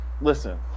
listen